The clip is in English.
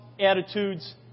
attitudes